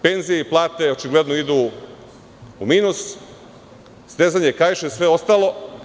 Penzije i plate očigledno idu u minus, stezanje kaiša i svega ostalog.